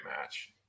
match